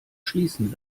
schließen